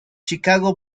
chicago